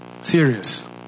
serious